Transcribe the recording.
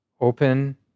open